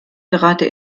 gerade